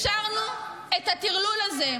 זאת הטעות הגדולה, שאפשרנו את הטרלול הזה.